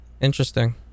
Interesting